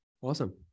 Awesome